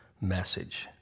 message